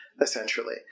essentially